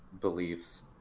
beliefs